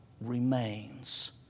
remains